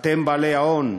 אתם, בעלי ההון,